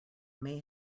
may